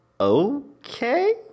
okay